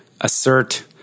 assert